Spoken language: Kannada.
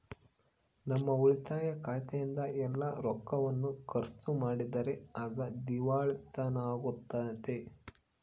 ನಮ್ಮ ಉಳಿತಾಯ ಖಾತೆಯಿಂದ ಎಲ್ಲ ರೊಕ್ಕವನ್ನು ಖರ್ಚು ಮಾಡಿದರೆ ಆಗ ದಿವಾಳಿತನವಾಗ್ತತೆ